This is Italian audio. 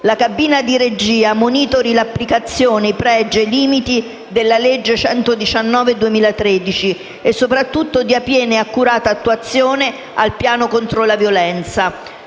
la cabina di regia monitori l'applicazione, i pregi e i limiti della legge n. 119 del 2013, e soprattutto dia piena e accurata attuazione al piano contro la violenza.